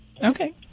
Okay